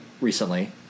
recently